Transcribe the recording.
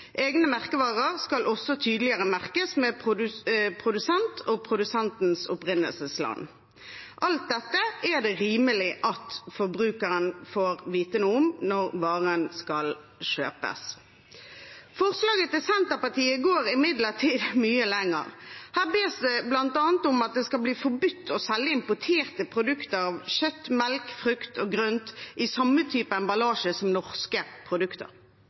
Egne merkevarer skal også tydeligere merkes med produsent og produsentens opprinnelsesland. Alt dette er det rimelig at forbrukeren får vite noe om når varen skal kjøpes. Forslaget fra Senterpartiet går imidlertid mye lenger. Her bes det bl.a. om at det skal bli forbudt å selge importerte produkter av kjøtt, melk, frukt og grønt i samme type emballasje som norske produkter.